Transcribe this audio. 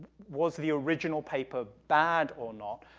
was the original paper bad or not,